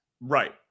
Right